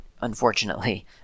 unfortunately